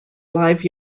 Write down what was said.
live